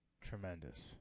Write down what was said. tremendous